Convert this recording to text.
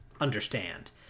understand